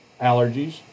allergies